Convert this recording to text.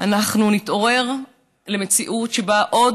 אנחנו נתעורר למציאות שבה עוד